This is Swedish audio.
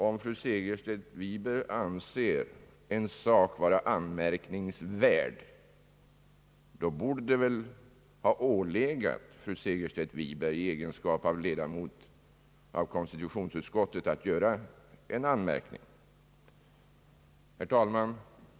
Om fru Segerstedt Wiberg anser en sak vara »anmärkningsvärd», borde det inte då ha ålegat fru Segerstedt Wiberg i egenskap av ledamot av konstitutionsutskottet att göra en anmärkning? Herr talman!